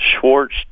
Schwartz